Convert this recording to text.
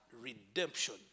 redemption